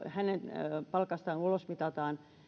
hänen palkastaan ulosmitataan